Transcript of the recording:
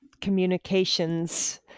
communications